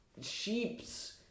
sheeps